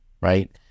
Right